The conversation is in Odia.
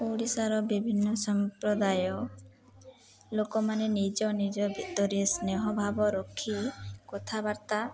ଓଡ଼ିଶାର ବିଭିନ୍ନ ସମ୍ପ୍ରଦାୟ ଲୋକମାନେ ନିଜ ନିଜ ଭିତରେ ସ୍ନେହ ଭାବ ରଖି କଥାବାର୍ତ୍ତା